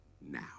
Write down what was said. now